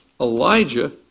Elijah